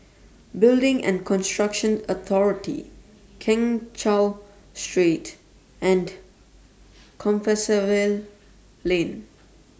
Building and Construction Authority Keng Cheow Street and Compassvale Lane